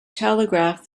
telegraph